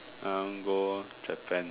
I want go Japan